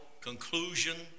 conclusion